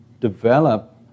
develop